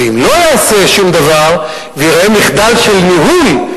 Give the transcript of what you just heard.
ואם לא ייעשה שום דבר וייראה מחדל של ניהול,